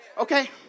okay